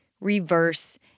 reverse